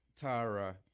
Tara